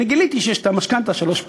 אז גיליתי שיש המשכנתה "שלוש פלוס"